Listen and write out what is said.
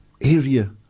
area